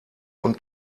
und